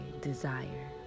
desire